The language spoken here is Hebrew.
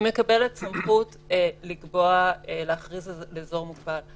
היא מקבלת סמכות לקבוע להכריז אזור מוגבל,